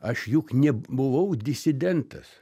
aš juk nebuvau disidentas